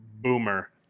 boomer